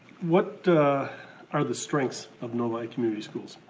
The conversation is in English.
what are the strengths of novi community schools?